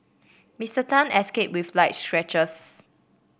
Mister Tan escaped with light scratches